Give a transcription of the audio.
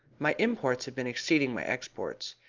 my imports have been exceeding my exports.